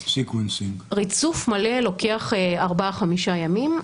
ריצוף מלא לוקח ארבעה-חמישה ימים,